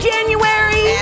January